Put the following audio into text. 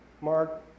Mark